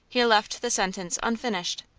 he left the sentence unfinished.